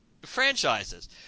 franchises